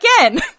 Again